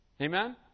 Amen